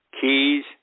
Keys